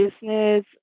business